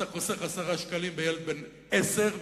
אתה חוסך 10 שקלים בילד בן עשר,